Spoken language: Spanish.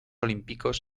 olímpicos